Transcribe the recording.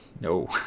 no